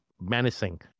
menacing